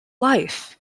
life